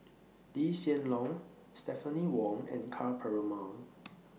Lee Hsien Loong Stephanie Wong and Ka Perumal